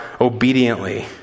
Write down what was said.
obediently